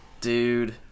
Dude